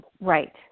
Right